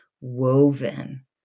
woven